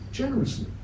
Generously